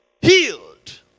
healed